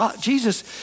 Jesus